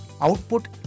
output